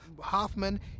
Hoffman